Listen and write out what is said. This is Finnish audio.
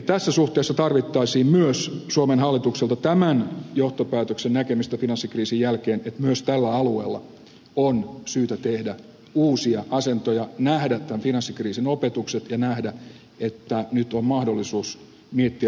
tässä suhteessa tarvittaisiin myös suomen hallitukselta tämän johtopäätöksen näkemistä finanssikriisin jälkeen että myös tällä alueella on syytä tehdä uusia asentoja nähdä tämän finanssikriisin opetukset ja nähdä että nyt on mahdollisuus miettiä joitakin asioita uudelleen